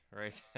right